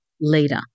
leader